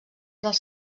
dels